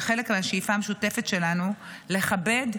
כחלק מהשאיפה המשותפת שלנו לכבד,